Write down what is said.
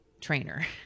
trainer